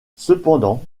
cependant